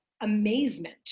amazement